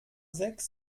sechs